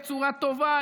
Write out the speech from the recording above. בצורה טובה,